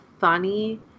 funny